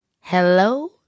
Hello